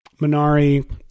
Minari